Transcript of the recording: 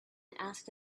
asked